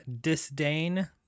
disdain